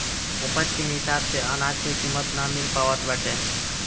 उपज के हिसाब से अनाज के कीमत ना मिल पावत बाटे